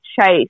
chase